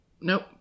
Nope